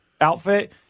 outfit